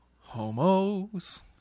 Homos